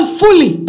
fully